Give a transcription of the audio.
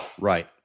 Right